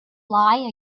lie